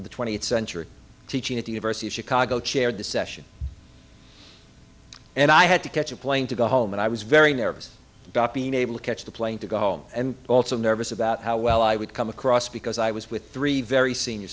the twentieth century teaching at the university of chicago chaired the session and i had to catch a plane to go home and i was very nervous about being able to catch the plane to go home and also nervous about how well i would come across because i was with three very senior